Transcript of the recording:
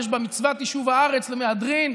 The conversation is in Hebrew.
יש בה מצוות יישוב הארץ למהדרין,